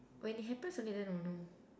when it happens only then I will know